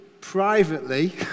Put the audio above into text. privately